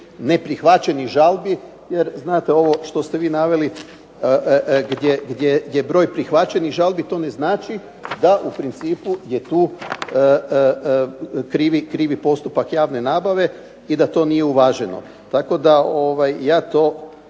neprihvaćenih žalbi. Jer znate, ovo što ste vi naveli gdje broj prihvaćenih žalbi, to ne znači da u principu je tu krivi postupak javne nabave i da to nije uvaženo. Tako da ja to